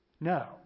No